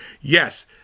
Yes